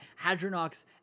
Hadronox